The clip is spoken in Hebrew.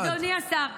אדוני השר,